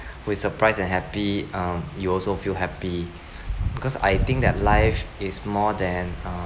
who is surprised and happy um you also feel happy because I think their life is more than